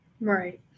right